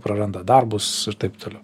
praranda darbus ir taip toliau